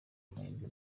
amahirwe